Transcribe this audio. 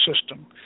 system